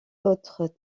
autres